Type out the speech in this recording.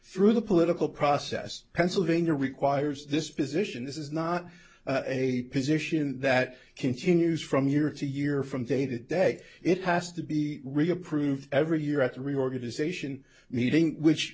through the political process pennsylvania requires this position this is not a position that continues from year to year from day to day it has to be reapproved every year at three organization meeting which